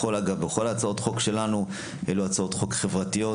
אגב כל הצעות החוק שלנו אלו הצעות חוק חברתיות,